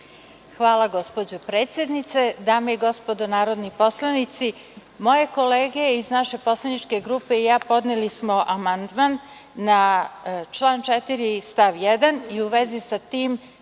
Hasanović-Korać** Hvala. Dame i gospodo narodni poslanici, moje kolege iz naše poslaničke grupe i ja podneli smo amandman na član 4. stav 1. i u vezi sa tim